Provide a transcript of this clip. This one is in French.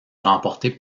remporté